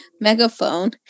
megaphone